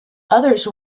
others